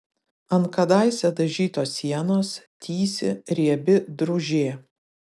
ant kadaise dažytos sienos tįsi riebi drūžė